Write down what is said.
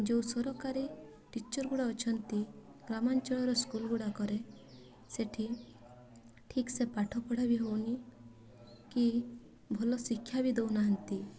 ଯେଉଁ ସରକାରୀ ଟିଚର୍ଗୁଡ଼ା ଅଛନ୍ତି ଗ୍ରାମାଞ୍ଚଳର ସ୍କୁଲ୍ଗୁଡ଼ାକରେ ସେଠି ଠିକ୍ ସେ ପାଠପଢ଼ା ବି ହେଉନି କି ଭଲ ଶିକ୍ଷା ବି ଦେଉନାହାନ୍ତି